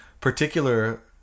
particular